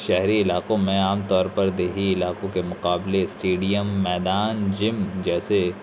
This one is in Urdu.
شہری علاقوں میں عام طور پر دیہی علاقوں کے مقابلے اسٹیڈیم میدان جم جیسے